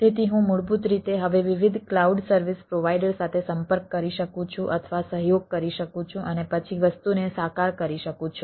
તેથી હું મૂળભૂત રીતે હવે વિવિધ ક્લાઉડ સર્વિસ પ્રોવાઈડર સાથે સંપર્ક કરી શકું છું અથવા સહયોગ કરી શકું છું અને પછી વસ્તુને સાકાર કરી શકું છું